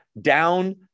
down